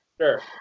sure